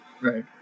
Right